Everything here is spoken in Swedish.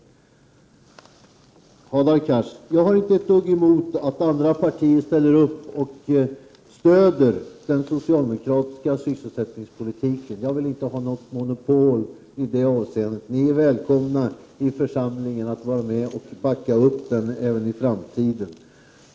Hadar Cars! Jag har inte ett dugg emot att andra partier ställer upp och stödjer den socialdemokratiska sysselsättningspolitiken. Jag vill inte ha något monopol i det avseendet. Ni är välkomna i församlingen att vara med och backa upp den även i framtiden.